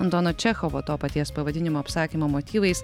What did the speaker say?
antono čechovo to paties pavadinimo apsakymo motyvais